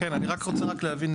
אני רק רוצה להבין,